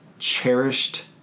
cherished